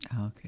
Okay